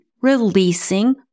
releasing